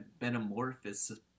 metamorphosis